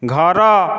ଘର